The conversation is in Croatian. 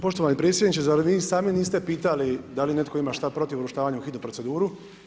Poštovani predsjedniče, zar vi sami niste pitali da li netko ima šta protiv uvrštavanja u hitnu proceduru?